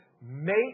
make